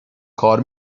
کار